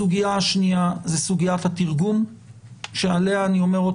הסוגייה השנייה היא סוגיית התרגום שעליה אני אומר עוד